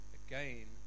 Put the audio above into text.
again